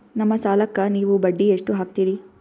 ನಮ್ಮ ಸಾಲಕ್ಕ ನೀವು ಬಡ್ಡಿ ಎಷ್ಟು ಹಾಕ್ತಿರಿ?